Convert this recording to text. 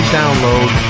download